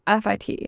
FIT